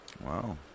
Wow